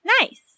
nice